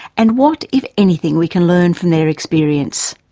and what if anything we can learn from their experience.